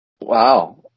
Wow